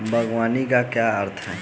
बागवानी का क्या अर्थ है?